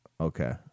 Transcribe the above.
Okay